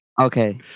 Okay